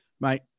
Mate